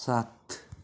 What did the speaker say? सात